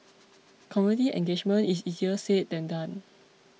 community engagement is easier said than done